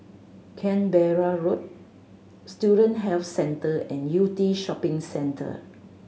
Canberra Road Student Health Centre and Yew Tee Shopping Centre